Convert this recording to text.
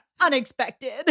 unexpected